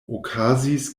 okazis